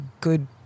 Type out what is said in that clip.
good